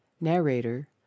narrator